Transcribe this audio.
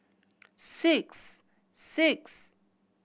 six six